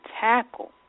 tackle